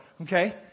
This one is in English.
Okay